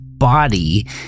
Body